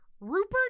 Rupert